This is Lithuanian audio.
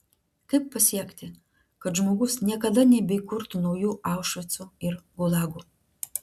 kaip pasiekti kad žmogus niekada nebeįkurtų naujų aušvicų ir gulagų